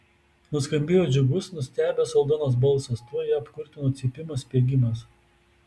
nuskambėjo džiugus nustebęs aldonos balsas tuoj ją apkurtino cypimas spiegimas